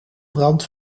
brand